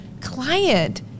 client